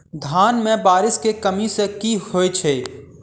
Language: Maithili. धान मे बारिश केँ कमी सँ की होइ छै?